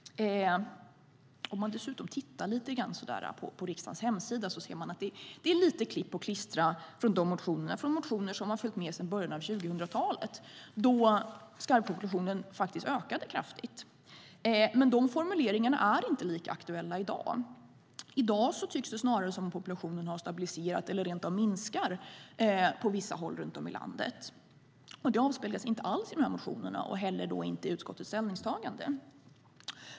Dessutom ser man på riksdagens hemsida att det är lite klipp och klistra från motioner som har följt med sedan början av 2000-talet, då skarvpopulationen faktiskt ökade kraftigt, men de formuleringarna är inte lika aktuella i dag. I dag tycks det snarare som att populationen har stabiliserats eller rent av minskar på vissa håll runt om i landet. Det avspeglar sig inte alls i motionerna och inte heller i utskottets ställningstagande.